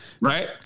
Right